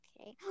Okay